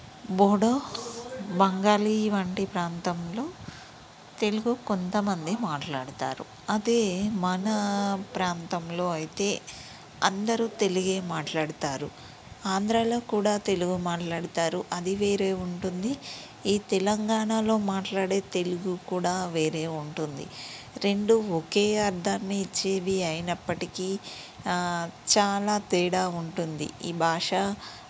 బోడో బంగాలి వంటి ప్రాంతంలో తెలుగు కొంతమందే మాట్లాడుతారు అదే మన ప్రాంతంలో అయితే అందరూ తెలుగే మాట్లాడతారు ఆంధ్రలో కూడా తెలుగు మాట్లాడుతారు అది వేరే ఉంటుంది ఈ తెలంగాణలో మాట్లాడే తెలుగు కూడా వేరే ఉంటుంది రెండు ఒకే అర్ధాన్ని ఇచ్చేవి అయినప్పటికీ చాలా తేడా ఉంటుంది ఈ భాష